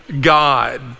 God